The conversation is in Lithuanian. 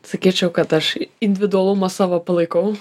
sakyčiau kad aš individualumą savo palaikau